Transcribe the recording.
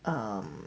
um